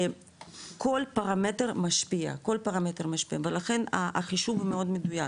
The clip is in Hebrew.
כל פרמטר משפיע ולכן החישוב מאוד מדויק